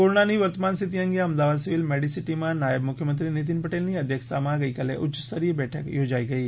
કોરોનાની વર્તમાન સ્થિતિ અંગે અમદાવાદ સિવિલ મેડિસીટીમાં નાયબ મુખ્યમંત્રી નીતિન પટેલની અધ્યક્ષતામાં ગઇકાલે ઉચ્યસ્તરીય બેઠક યોજાઇ ગઈ